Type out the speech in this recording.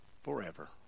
forever